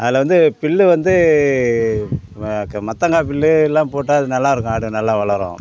அதில் வந்து புல்லு வந்து வ க மத்தங்காப் புல்லு எல்லாம் போட்டால் அது நல்லாயிருக்கும் ஆடு நல்லா வளரும்